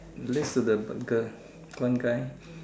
next to the girl one guy